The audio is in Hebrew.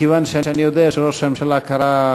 מכיוון שאני יודע שראש הממשלה קרא,